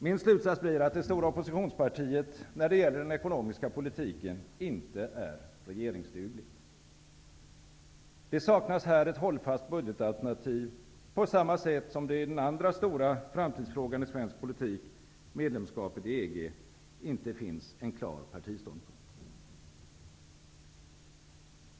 Min slutsats blir att det stora oppositionspartiet när det gäller den ekonomiska politiken inte är regeringsdugligt. Det saknas här ett hållfast budgetalternativ på samma sätt som det i den andra stora framtidsfrågan i svensk politik, medlemskapet i EG, inte finns en klar partiståndpunkt.